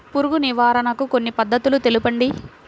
పురుగు నివారణకు కొన్ని పద్ధతులు తెలుపండి?